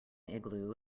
igloo